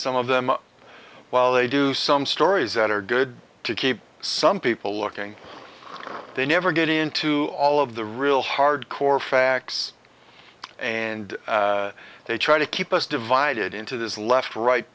some of them while they do some stories that are good to keep some people looking they never get into all of the real hardcore facts and they try to keep us divided into this left right